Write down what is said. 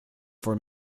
for